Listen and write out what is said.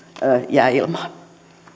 jää ilmaan